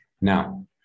now